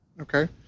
okay